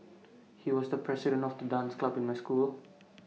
he was the president of the dance club in my school